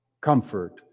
comfort